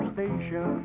Station